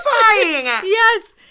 Yes